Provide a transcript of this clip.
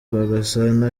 rwagasana